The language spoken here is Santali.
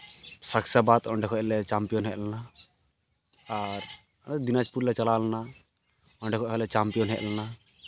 ᱥᱚᱵᱥᱮ ᱵᱟᱫ ᱚᱸᱰᱮ ᱠᱷᱚᱡ ᱞᱮ ᱪᱟᱢᱯᱤᱭᱟᱱ ᱦᱮᱡ ᱞᱮᱱᱟ ᱟᱨ ᱫᱤᱱᱟᱡᱽᱯᱩᱨ ᱞᱮ ᱪᱟᱞᱟᱣ ᱞᱮᱱᱟ ᱚᱸᱰᱮ ᱠᱷᱚᱡ ᱦᱚᱸᱞᱮ ᱪᱟᱢᱯᱤᱭᱟᱱ ᱦᱮᱡ ᱞᱮᱱᱟ